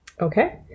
Okay